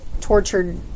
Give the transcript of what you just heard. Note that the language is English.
tortured